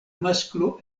masklo